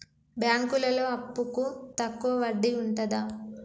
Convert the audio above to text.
బ్యాంకులలో అప్పుకు తక్కువ వడ్డీ ఉంటదా?